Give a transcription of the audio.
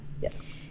Yes